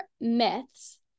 myths